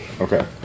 Okay